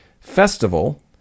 Festival